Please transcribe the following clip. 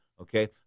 okay